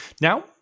Now